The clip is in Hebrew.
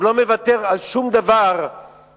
הוא לא מוותר על שום דבר בדרך